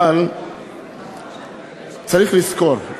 אבל צריך לזכור,